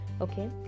okay